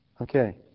Okay